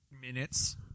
minutes